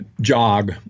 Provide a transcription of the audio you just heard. jog